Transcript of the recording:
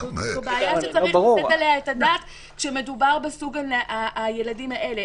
זו בעיה שצריך לתת עליה את הדעת כשמדובר בסוג הילדים האלה,